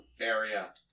area